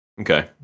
Okay